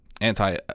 anti